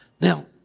Now